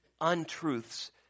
untruths